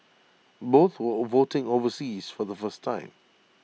both were voting overseas for the first time